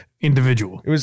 individual